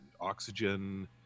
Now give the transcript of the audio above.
oxygen